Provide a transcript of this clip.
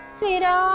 Sira